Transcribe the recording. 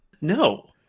No